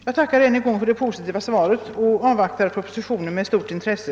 Jag tackar än en gång för det positiva svaret och avvaktar propositionen med stort intresse.